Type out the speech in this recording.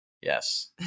Yes